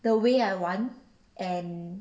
the way I want and